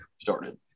started